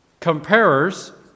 comparers